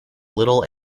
little